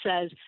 says